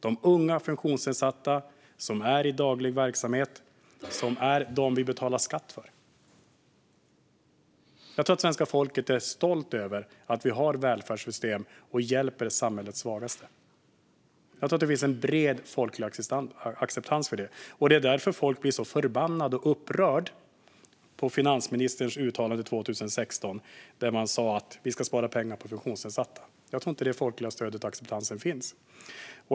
Det handlar om de unga funktionsnedsatta som är i daglig verksamhet och som är de som vi betalar skatt för. Jag tror att svenska folket är stolt över att vi har välfärdssystem och att vi hjälper samhällets svagaste. Jag tror att det finns en bred folklig acceptans för det. Det är därför som folk blir så förbannade och upprörda på finansministerns uttalande 2016 där hon sa att vi ska spara pengar på funktionsnedsatta. Jag tror inte att det folkliga stödet och acceptansen finns.